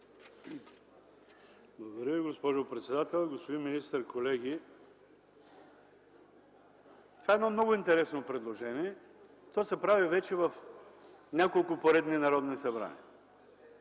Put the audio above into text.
Благодаря Ви, госпожо председател. Господин министър, колеги! Това е едно много интересно предложение. То се прави вече в няколко поредни народни събрания.